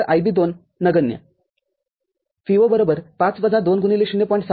IRc4 IB2 नगण्य V0 ५ - २x ०